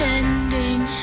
ending